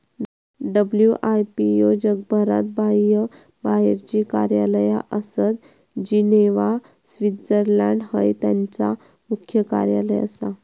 WIPO जगभरात बाह्यबाहेरची कार्यालया आसत, जिनेव्हा, स्वित्झर्लंड हय त्यांचा मुख्यालय आसा